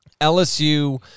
LSU